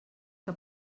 que